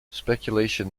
speculation